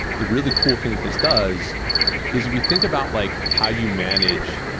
the really cool thing this does is if you think about like how you manage